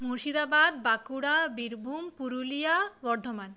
Murshidabad Bankura Birbhum Purulia Bardhaman